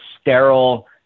sterile